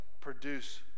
produce